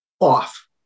off